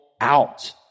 out